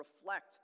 reflect